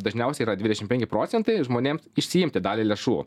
dažniausiai yra dvidešim penki procentai žmonėms išsiimti dalį lėšų